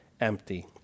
empty